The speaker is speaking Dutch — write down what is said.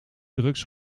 drugs